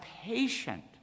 patient